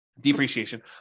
Depreciation